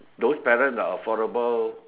those parents are affordable